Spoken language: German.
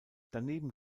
daneben